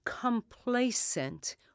complacent